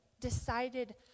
decided